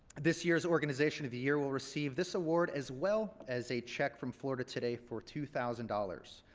this year's organization of the year will receive this award as well as a check from florida today for two thousand dollars.